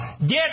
get